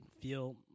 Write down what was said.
feel